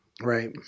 Right